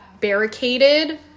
barricaded